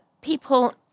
people